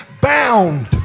bound